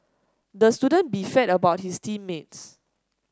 the student beefed about his team mates